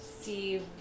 see